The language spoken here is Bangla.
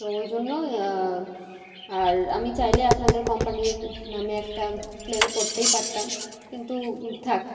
তো ওই জন্য আর আমি চাইলে আপনাদের কম্পানির নামে একটা ক্লেম করতেই পারতাম কিন্তু থাক